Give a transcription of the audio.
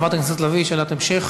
חברת הכנסת לביא, שאלת המשך,